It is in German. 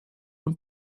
und